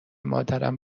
مادرم